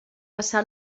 passar